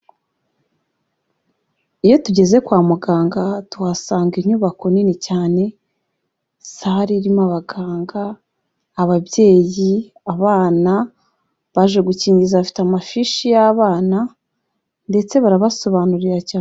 Iyo tugeze kwa muganga tuhasanga inyubako nini cyane, sare irimo abaganga, ababyeyi, abana, baje gukingiza bafite amafishi y'abana ndetse barabasobanurira cyane.